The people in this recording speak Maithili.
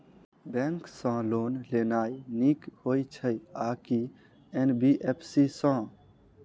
बैंक सँ लोन लेनाय नीक होइ छै आ की एन.बी.एफ.सी सँ?